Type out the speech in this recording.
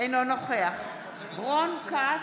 אינו נוכח רון כץ,